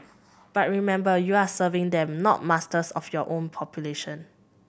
but remember you are serving them not masters of your own population